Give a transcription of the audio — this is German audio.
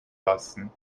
lassen